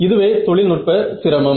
இதுவே தொழில்நுட்ப சிரமம்